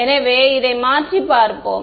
எனவே அதை மாற்றி பார்ப்போம்